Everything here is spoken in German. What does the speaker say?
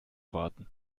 warten